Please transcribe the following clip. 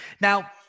Now